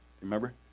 remember